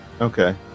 Okay